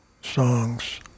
songs